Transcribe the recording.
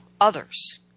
others